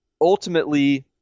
ultimately